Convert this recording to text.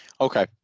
Okay